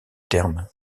terme